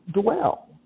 dwell